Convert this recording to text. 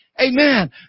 Amen